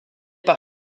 par